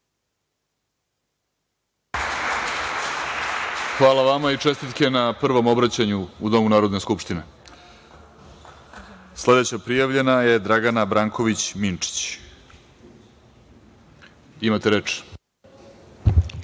Hvala vama i čestitke na prvom obraćanju u Domu Narodne skupštine. Sledeća prijavljena je Dragana Branković Minčić. Imate reč.